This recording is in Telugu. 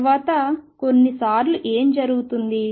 తర్వాత కొన్నిసార్లు ఏమి జరుగుతుంది